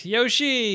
Yoshi